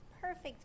perfect